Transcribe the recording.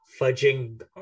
fudging